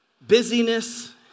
Busyness